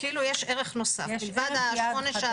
כאילו יש ערך נוסף, מלבד השמונה-שעתי.